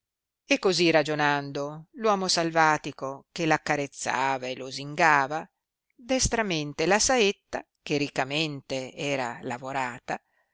e così ragionando l uomo salvatico che p accarezzava e losingava destramente la saetta che riccamente era lavorata